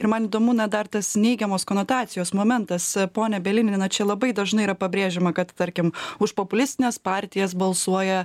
ir man įdomu na dar tas neigiamos konotacijos momentas pone bielini na čia labai dažnai yra pabrėžiama kad tarkim už populistines partijas balsuoja